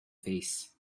fays